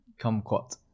kumquat